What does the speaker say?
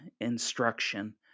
instruction